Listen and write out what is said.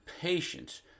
patience